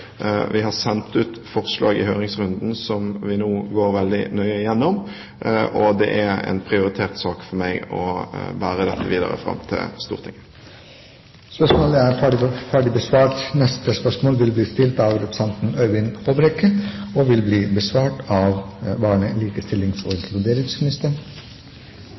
Vi har sendt ut forslag i høringsrunden som vi nå går veldig nøye gjennom, og det er en prioritert sak for meg å bære dette videre fram til Stortinget. «Norsk Fosterhjemsforening og